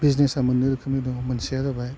बिजनेसा मोननै रोखोमनि दं मोनसेआ जाबाय